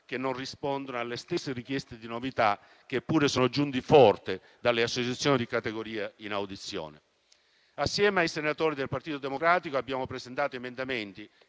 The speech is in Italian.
che non rispondono alle stesse richieste di novità che pure sono giunte forte dalle associazioni di categoria in audizione. Insieme ai senatori del Partito Democratico abbiamo presentato emendamenti